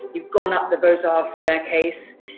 you've gone up the bizarre staircase.